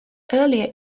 earlier